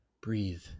breathe